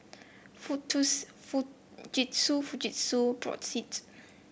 Fujitsu Fujitsu Brotzeit